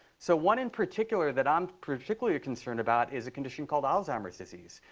so one in particular that i'm particularly concerned about is a condition called alzheimer's disease,